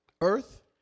earth